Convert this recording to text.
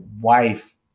wife